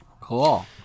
Cool